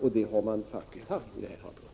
Så har faktiskt skett i det här fallet.